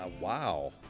Wow